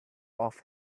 off